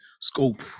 scope